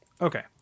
Okay